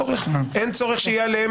אין צורך שיהיה עליהם